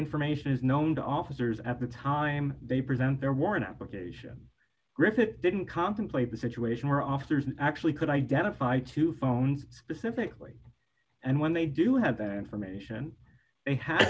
information is known to officers at the time they present their warrant application griffith didn't contemplate a situation where officers actually could identify two phones specifically and when they do have that information they had